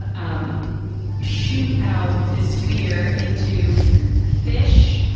um shoot out the spear into fish,